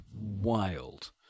wild